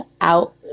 out